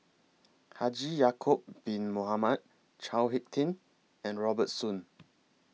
Haji Ya'Acob Bin Mohamed Chao Hick Tin and Robert Soon